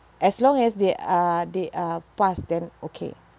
as long as they are they are pass then okay